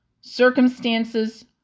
circumstances